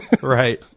Right